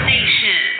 Nation